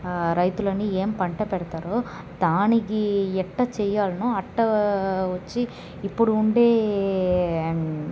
రైతులని ఏమి పంట పెడతారో దానికి ఎట్ట చెయ్యాలనో అట్ట వచ్చి ఇప్పుడు ఉండే